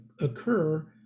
occur